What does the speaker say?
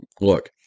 look